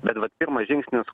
bet vat pirmas žingsnis